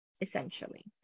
essentially